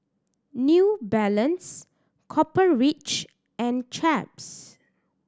New Balance Copper Ridge and Chaps